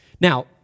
Now